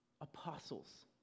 apostles